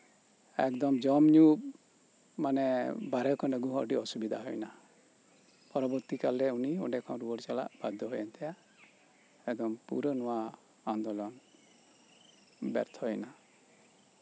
ᱮᱠᱫᱚᱢ ᱡᱚᱢ ᱧᱩ ᱢᱟᱱᱮ ᱵᱟᱦᱨᱮ ᱠᱷᱚᱱ ᱟᱹᱜᱩ ᱦᱚᱫ ᱟᱹᱰᱤ ᱚᱥᱩᱵᱤᱫᱷᱟ ᱦᱩᱭ ᱮᱱᱟ ᱯᱚᱨᱚᱵᱚᱨᱛᱤ ᱠᱟᱞᱨᱮ ᱩᱱᱤ ᱚᱸᱰᱮ ᱠᱷᱚᱱᱟᱜ ᱨᱩᱣᱟᱹᱲ ᱪᱟᱞᱟᱣ ᱵᱟᱫᱽᱫᱷᱚ ᱦᱩᱭᱮᱱ ᱛᱟᱭᱟ ᱮᱠᱫᱚᱢ ᱯᱩᱨᱟᱹ ᱱᱚᱶᱟ ᱟᱱᱫᱳᱞᱚᱱ ᱵᱮᱨᱛᱷᱚ ᱭᱮᱱᱟ